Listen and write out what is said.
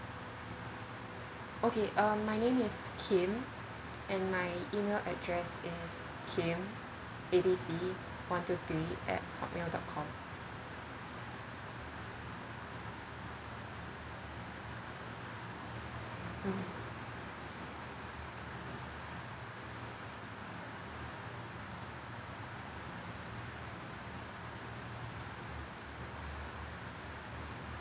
okay um my name is kim and my email address is kim A B C one two three at hotmail dot com mm